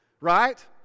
Right